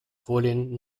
folien